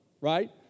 right